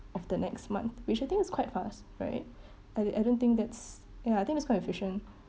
of the next month which I think is quite fast right I I don't think that's ya I think it's quite efficient